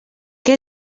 que